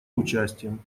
участием